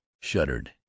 shuddered